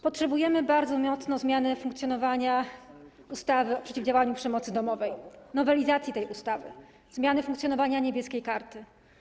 Potrzebujemy bardzo mocno zmiany funkcjonowania ustawy o przeciwdziałaniu przemocy domowej, nowelizacji tej ustawy, zmiany funkcjonowania „Niebieskiej karty”